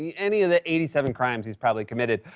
yeah any of the eighty seven crimes he's probably committed,